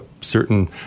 certain